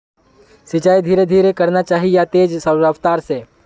सिंचाई धीरे धीरे करना चही या तेज रफ्तार से?